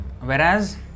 whereas